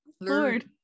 Lord